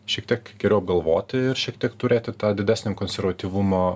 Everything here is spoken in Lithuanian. šiek tiek geriau apgalvoti ir šiek tiek turėti tą didesnį konservatyvumo